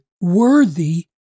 worthy